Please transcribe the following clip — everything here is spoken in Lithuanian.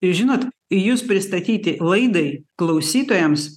jūs žinot jus pristatyti laidai klausytojams